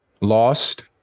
lost